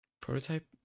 Prototype